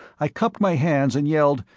i cupped my hands and yelled,